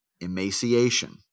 emaciation